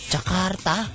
Jakarta